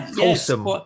awesome